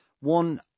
one